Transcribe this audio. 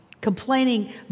Complaining